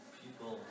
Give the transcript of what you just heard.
people